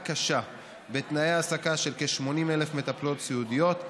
קשה בתנאי ההעסקה של כ-80,000 מטפלות סיעודיות.